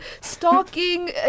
stalking